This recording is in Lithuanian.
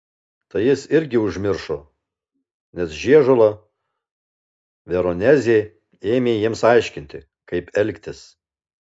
tai jis irgi užmiršo nes žiežula veronezė ėmė jiems aiškinti kaip elgtis